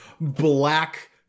black